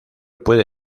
puede